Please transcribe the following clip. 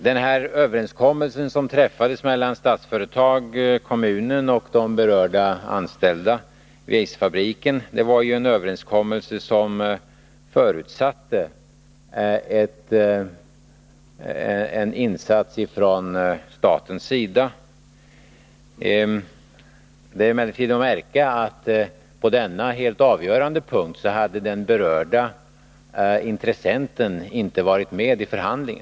Den överenskommelse som träffades mellan Statsföretag, kommunen och de berörda anställda vid Eiserfabriken förutsatte en insats från statens sida. Det är emellertid att märka att den berörda intressenten inte hade varit medi förhandlingen på denna helt avgörande punkt.